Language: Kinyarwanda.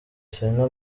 selena